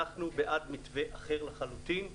אנחנו בעד מתווה אחר לחלוטין,